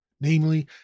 namely